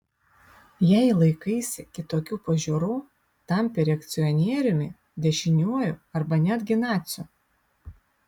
jei laikaisi kitokių pažiūrų tampi reakcionieriumi dešiniuoju arba netgi naciu